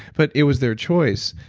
but it was their choice.